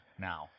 now